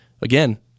Again